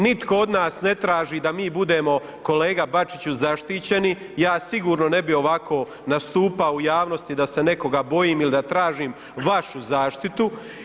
Nitko od nas ne traži da mi budemo kolega Bačiću zaštićeni, ja sigurno ne bih ovako nastupao u javnosti da se nekoga bojim ili da tražim vašu zaštitu.